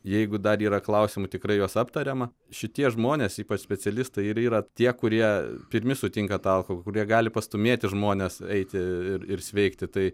jeigu dar yra klausimų tikrai juos aptariama šitie žmonės ypač specialistai ir yra tie kurie pirmi sutinka tą alkohol kurie gali pastūmėti žmones eiti ir ir sveikti tai